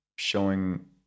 showing